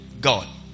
God